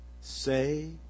say